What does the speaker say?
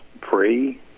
free